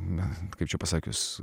na kaip čia pasakius